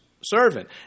servant